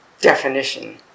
definition